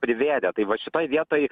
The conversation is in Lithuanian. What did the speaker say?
privėrė tai va šitoj vietoj